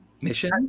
mission